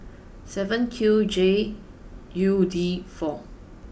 seven Q J U D four